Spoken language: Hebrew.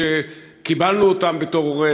שקיבלנו אותן בתור,